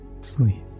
Sleep